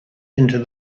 into